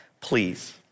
please